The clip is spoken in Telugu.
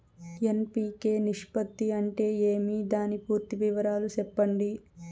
ఎన్.పి.కె నిష్పత్తి అంటే ఏమి దాని పూర్తి వివరాలు సెప్పండి?